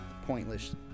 pointless